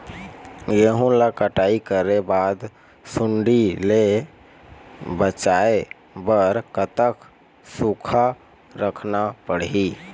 गेहूं ला कटाई करे बाद सुण्डी ले बचाए बर कतक सूखा रखना पड़ही?